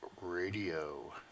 Radio